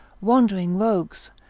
wandering rogues,